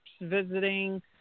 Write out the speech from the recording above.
visiting